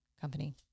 company